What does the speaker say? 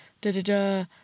Da-da-da